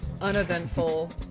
uneventful